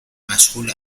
مشغول